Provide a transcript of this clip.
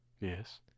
yes